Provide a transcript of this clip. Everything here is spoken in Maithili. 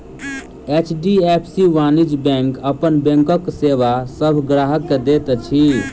एच.डी.एफ.सी वाणिज्य बैंक अपन बैंकक सेवा सभ ग्राहक के दैत अछि